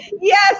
yes